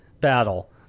battle